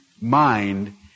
mind